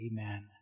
amen